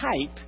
type